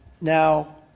Now